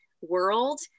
world